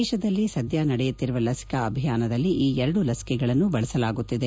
ದೇಶದಲ್ಲಿ ಸದ್ಯ ನಡೆಯುತ್ತಿರುವ ಲಸಿಕಾ ಅಭಿಯಾನದಲ್ಲಿ ಈ ಎರಡು ಲಸಿಕೆಗಳನ್ನು ಬಳಸಲಾಗುತ್ತಿದೆ